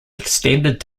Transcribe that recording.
extended